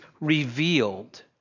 revealed